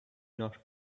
not